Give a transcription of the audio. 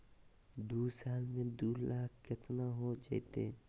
दू साल में दू लाख केतना हो जयते?